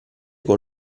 con